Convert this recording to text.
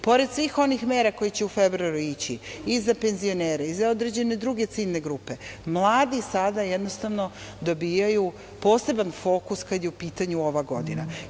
Pored svih onih mera koji će u februaru ići i za penzionere i za određene druge ciljne grupe, mladi sada jednostavno dobijaju poseban fokus kada je u pitanju ova godina.